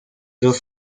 los